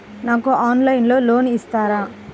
నాకు ఆన్లైన్లో లోన్ ఇస్తారా?